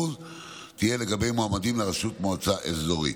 תהיה לגבי מועמדים לראשות מועצה אזורית.